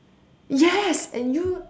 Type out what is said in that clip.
yes and you